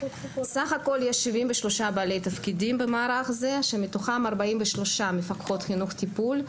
סך הכול יש 73 בעלי תפקידים במערך זה שמתוכם 43 מפקחות חינוך טיפול,